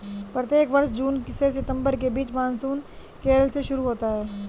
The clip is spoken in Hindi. प्रत्येक वर्ष जून से सितंबर के बीच मानसून केरल से शुरू होता है